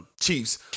Chiefs